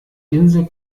insel